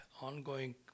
ongoing